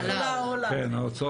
כן.